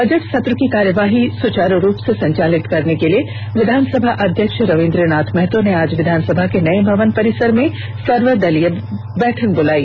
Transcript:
budget सत्र की कार्यवाही को सुचारू रूप से संचालित करने के लिए विधानसभ अध्यक्ष रविन्द्र नाथ महतो ने आज विधानसभा के नये भवन परिसर में सर्वदलीय बैठक बुलाई